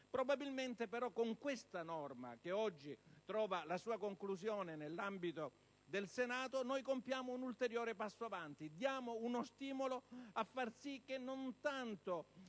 Probabilmente però con questa norma, che oggi trova la sua conclusione nell'ambito del Senato, noi compiamo un ulteriore passo avanti. Diamo cioè uno stimolo a far comprendere che non tanto